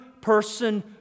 person